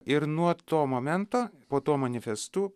ir nuo to momento po tuo manifestu